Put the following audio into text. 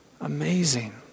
Amazing